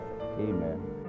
Amen